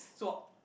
swap